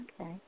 Okay